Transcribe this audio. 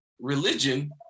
religion